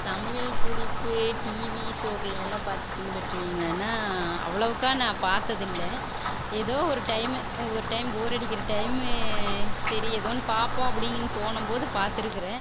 சமையல் குறிப்பு டிவி ஷோக்களை எல்லாம் பார்த்து பின்பற்றுவிங்களான்னா அவ்வளவுக்கா நான் பார்த்தது இல்ல ஏதோ ஒரு டைம் ஒரு டைம் போர் அடிக்கிற டைம் சரி ஏதோ ஒன்று பார்ப்போம் அப்படின்னு தோணும்போது பார்த்துருக்குறேன்